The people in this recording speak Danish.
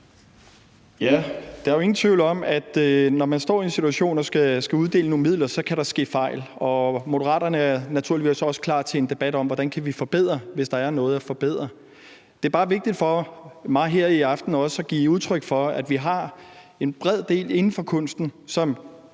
Der er jo ingen tvivl om, at når man står i en situation, hvor man skal uddele midler, kan der ske fejl, og Moderaterne er naturligvis også klar til en debat om, hvordan vi kan forbedre det, hvis der er noget at forbedre. Det er bare vigtigt for mig her i aften også at give udtryk for, at vi har en bred del inden for kunsten, hvor